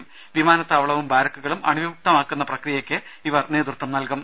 ബാരക്കുകളും വിമാനത്താവളവും ബാരക്കുകളും അണുവിമുക്തമാക്കുന്ന പ്രക്രിയയ്ക്ക് ഇവർ നേതൃത്വം നൽകും